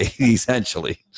essentially